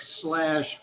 slash